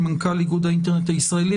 מנכ"ל איגוד האינטרנט הישראלי,